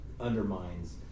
undermines